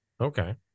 okay